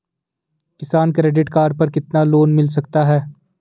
किसान credit card पर कितना लोंन मिल सकता है?